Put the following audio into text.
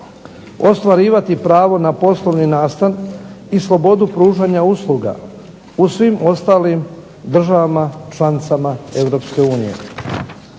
ostvarivati pravo na poslovni nastan i slobodu pružanja usluga u svim ostalim državama članicama